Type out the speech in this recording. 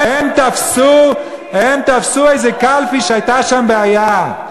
הם תפסו איזו קלפי שהייתה שם בעיה,